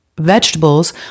vegetables